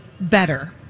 better